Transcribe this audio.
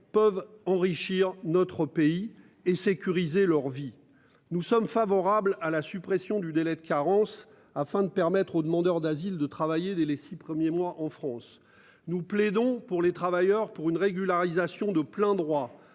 peuvent enrichir notre pays et sécuriser leur vie. Nous sommes favorables à la suppression du délai de carence afin de permettre aux demandeurs d'asile de travailler dès les 6 premiers mois en France. Nous plaidons pour les travailleurs pour une régularisation de plein droit